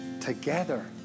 Together